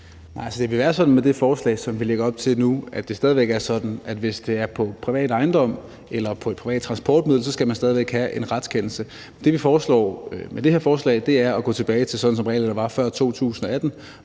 det vil være sådan med det forslag, som vi lægger op til nu, at det stadig væk er sådan, at hvis det er på privat ejendom eller i et privat transportmiddel, så skal man stadig væk have en retskendelse. Det, vi foreslår med det her forslag, er at gå tilbage til, sådan som reglerne var før 2018,